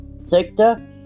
sector